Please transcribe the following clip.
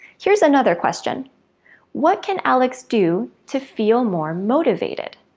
here's another question what can alex do to feel more motivated?